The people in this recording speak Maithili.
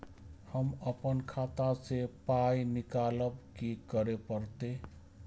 हम आपन खाता स पाय निकालब की करे परतै?